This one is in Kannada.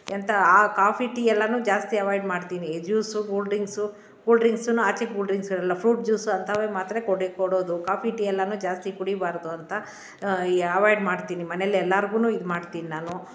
ಎಂಥ ಆ ಕಾಫಿ ಟೀ ಎಲ್ಲಾನು ಜಾಸ್ತಿ ಅವಾಯ್ಡ್ ಮಾಡ್ತೀನಿ ಜ್ಯೂಸು ಕೂಲ್ ಡ್ರಿಂಕ್ಸು ಕೂಲ್ ಡ್ರಿಂಕ್ಸನ್ನು ಆಚೆ ಕೂಲ್ ಡ್ರಿಂಕ್ಸ್ ಇರಲ್ಲ ಫ್ರೂಟ್ ಜ್ಯೂಸು ಅಂಥವೇ ಮಾತ್ರ ಕೊಡೆ ಕೊಡೋದು ಕಾಫಿ ಟೀ ಎಲ್ಲಾನೂ ಜಾಸ್ತಿ ಕುಡಿಬಾರದು ಅಂತ ಅವಾಯ್ಡ್ ಮಾಡ್ತೀನಿ ಮನೇಲಿ ಎಲ್ಲಾರ್ಗು ಇದು ಮಾಡ್ತಿನಿ ನಾನು